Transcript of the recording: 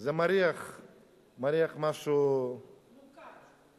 זה מריח משהו, מוכר.